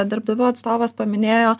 darbdavių atstovas paminėjo